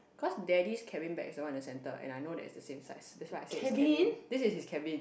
cause daddy's cabin bag is the one in the center and I know that it's the same size that's why I say it's cabin this is his cabin